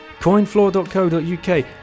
Coinfloor.co.uk